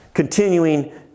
continuing